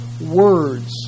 words